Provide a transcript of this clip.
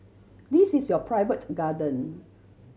this is your private garden